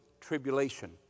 tribulation